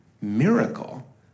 miracle